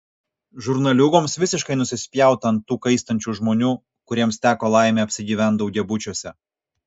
žurnaliūgoms visiškai nusispjaut ant tų kaistančių žmonių kuriems teko laimė apsigyvent daugiabučiuose